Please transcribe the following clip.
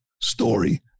story